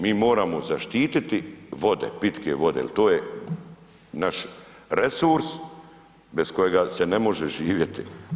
Mi moramo zaštiti vode, pitke vode jer to je naš resurs bez kojega se ne može živjeti.